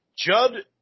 Judd